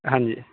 ਹਾਂਜੀ